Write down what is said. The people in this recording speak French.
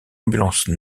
ambulance